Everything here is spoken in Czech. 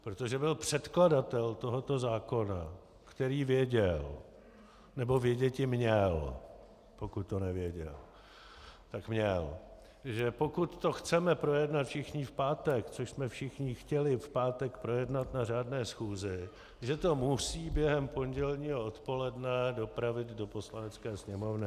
Protože byl předkladatelem tohoto zákona, který věděl, nebo věděti měl, pokud to nevěděl, tak měl, že pokud to chceme projednat všichni v pátek, což jsme všichni chtěli v pátek projednat na řádné schůzi, že to musí během pondělního odpoledne dopravit do Poslanecké sněmovny.